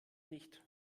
nicht